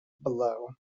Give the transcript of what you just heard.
below